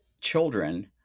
children